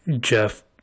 Jeff